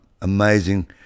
amazing